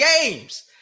games